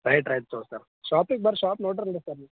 right right ತಗೊಳಿ sir ಷಾಪಿಗೆ ಬರ್ರಿ ಷಾಪ್ ನೋಡೀರಲ್ಲ ಸರ್ ನೀವು